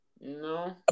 No